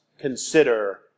Consider